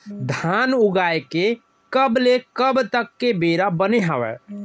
धान उगाए के कब ले कब तक के बेरा बने हावय?